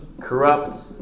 corrupt